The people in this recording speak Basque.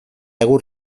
egur